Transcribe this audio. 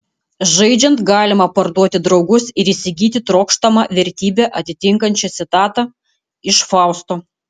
žaidžiant galima parduoti draugus ir įsigyti trokštamą vertybę atitinkančią citatą iš fausto